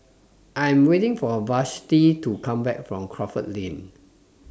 I Am waiting For Vashti to Come Back from Crawford Lane